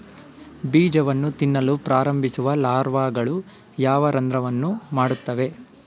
ಬೀಜವನ್ನು ತಿನ್ನಲು ಪ್ರಾರಂಭಿಸುವ ಲಾರ್ವಾಗಳು ಯಾವ ರಂಧ್ರವನ್ನು ಮಾಡುತ್ತವೆ?